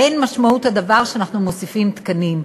אין משמעות הדבר שאנחנו מוסיפים תקנים.